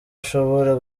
ushobora